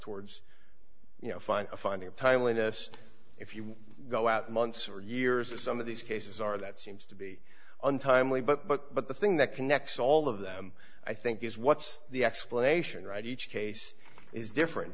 towards you know fine a finding of timeliness if you go out months or years or some of these cases are that seems to be untimely but but but the thing that connects all of them i think is what's the explanation right each case is different